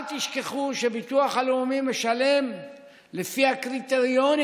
אל תשכחו שהביטוח הלאומי משלם לפי הקריטריונים